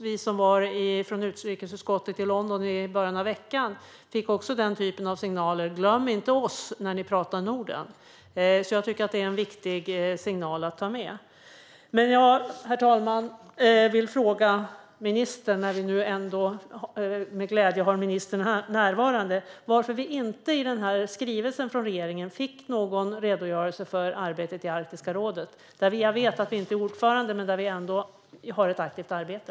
Vi från utrikesutskottet som var i London i början av veckan fick också den typen av signaler: Glöm inte oss när ni pratar Norden! Jag tycker därför att det är viktig signal att ta med. Herr talman! När vi nu har glädjen att ha ministern närvarande vill jag fråga henne varför vi inte i den här skrivelsen från regeringen fick någon redogörelse för arbetet i Arktiska rådet. Vi är ju inte ordförande där, men vi har ändå ett aktivt arbete.